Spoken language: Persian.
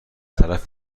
طرف